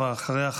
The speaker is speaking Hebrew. ואחריה,